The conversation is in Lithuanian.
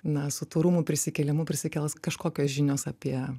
na su tų rūmų prisikėlimu prisikels kažkokios žinios apie